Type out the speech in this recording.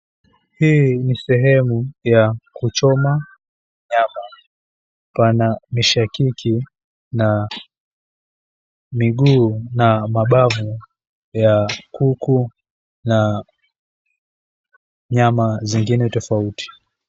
Hii ni sehemu ya kuchoma nyama. Pana mishakiki na miguu na mabavu ya kuku na nyama zingine tofauti.